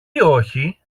όχι